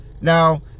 Now